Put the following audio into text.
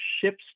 ships